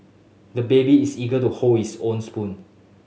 the baby is eager to hold his own spoon